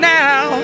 now